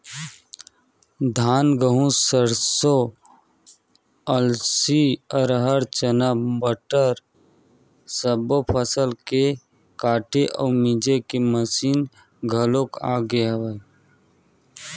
धान, गहूँ, सरसो, अलसी, राहर, चना, बटरा सब्बो फसल के काटे अउ मिजे के मसीन घलोक आ गे हवय